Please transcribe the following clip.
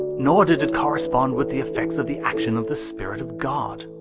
and nor did it correspond with the effects of the action of the spirit of god